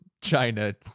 China